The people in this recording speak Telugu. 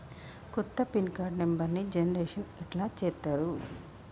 కొత్త పిన్ కార్డు నెంబర్ని జనరేషన్ ఎట్లా చేత్తరు?